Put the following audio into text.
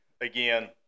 again